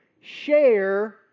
share